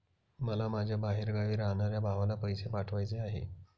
मला माझ्या बाहेरगावी राहणाऱ्या भावाला पैसे पाठवायचे आहे